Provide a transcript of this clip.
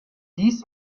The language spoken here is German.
dies